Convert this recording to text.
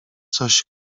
coś